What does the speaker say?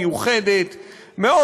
מיוחדת מאוד,